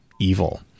Evil